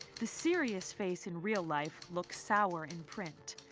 the serious face in real life looks sour in print.